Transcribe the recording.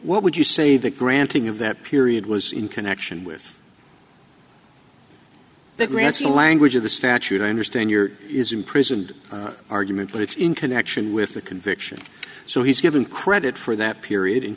what would you say the granting of that period was in connection with the grants the language of the statute i understand your is in prison argument but it's in connection with the conviction so he's given credit for that period in